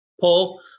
Paul